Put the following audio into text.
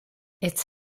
it’s